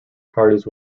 parties